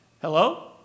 Hello